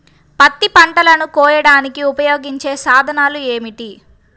పత్తి పంటలను కోయడానికి ఉపయోగించే సాధనాలు ఏమిటీ?